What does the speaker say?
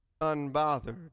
unbothered